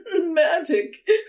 magic